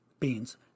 beans